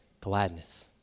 gladness